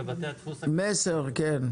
כן.